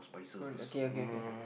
no okay okay okay